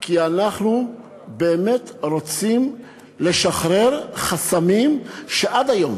כי אנחנו באמת רוצים לשחרר חסמים שעד היום